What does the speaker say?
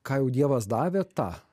ką jau dievas davė tą